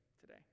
today